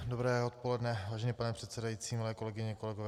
Dobré odpoledne, vážený pane předsedající, milé kolegyně, kolegové.